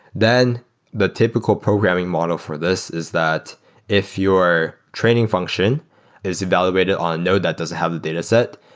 then the typical programming model for this is that if your training function is evaluated on a node that doesn't have a dataset,